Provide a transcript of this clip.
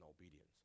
obedience